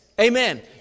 Amen